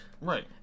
Right